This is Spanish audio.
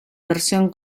versión